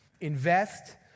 invest